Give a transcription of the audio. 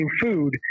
food